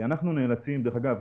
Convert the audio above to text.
דרך אגב,